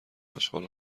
اشغال